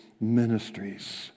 ministries